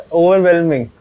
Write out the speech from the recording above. overwhelming